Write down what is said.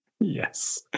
Yes